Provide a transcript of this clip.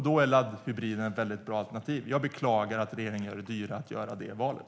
Då är laddhybriden ett väldigt bra alternativ, och jag beklagar att regeringen gör det dyrare att göra det valet.